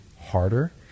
harder